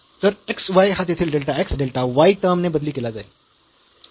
तर x y हा तेथील delta x delta y term ने बदली केला जाईल